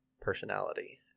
personality